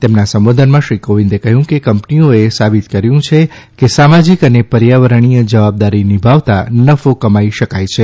તેમના સંબોધનમાં શ્રી કોવિંદે કહ્યું કે કંપનીઓએ સાબિત કર્યું છે કે સામાજિક અને પર્યાવરણીય જવાબદારી નિભાવતા નફો કમાઇ શકાય છે